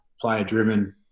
player-driven